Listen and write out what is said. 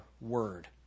word